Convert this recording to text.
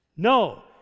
No